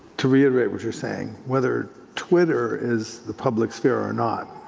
to reiterate what you're saying, whether twitter is the public sphere or not,